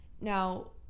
Now